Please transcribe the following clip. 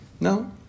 No